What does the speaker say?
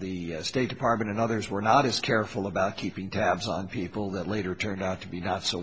the state department and others were not as careful about keeping tabs on people that later turned out to be not so